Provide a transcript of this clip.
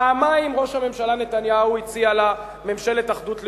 פעמיים ראש הממשלה נתניהו הציע לה ממשלת אחדות לאומית,